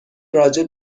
راجع